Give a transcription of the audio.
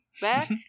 back